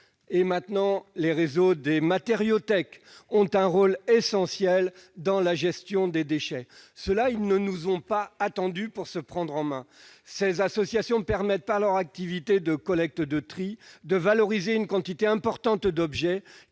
et maintenant les réseaux des matériauthèques ont un rôle essentiel dans la gestion des déchets. Ils ne nous ont pas attendus pour se prendre en main. Ces associations permettent par leur activité de collecte et de tri de valoriser une quantité importante d'objets,